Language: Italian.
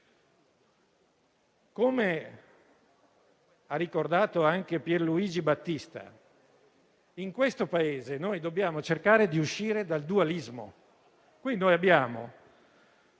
Come ha ricordato anche Pierluigi Battista, in questo Paese dobbiamo cercare di uscire dal dualismo. Abbiamo